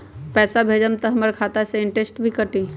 पैसा भेजम त हमर खाता से इनटेशट भी कटी?